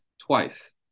twice